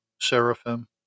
seraphim